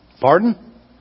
Pardon